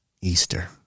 Easter